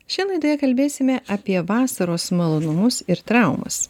šioje laidoje kalbėsime apie vasaros malonumus ir traumas